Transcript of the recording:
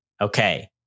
okay